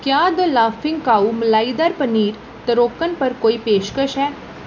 क्या the laughing cow मलाई दर पनीर तरोकन पर कोई पेशकाश ऐ